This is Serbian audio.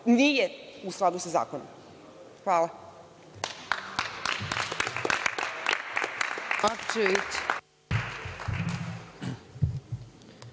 nije u skladu sa zakonom. Hvala.